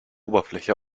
oberfläche